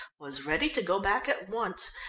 was ready to go back at once,